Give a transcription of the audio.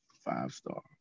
five-star